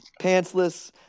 Pantsless